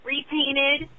repainted